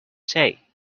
say